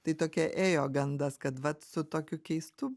tai tokia ėjo gandas kad vat su tokiu keistu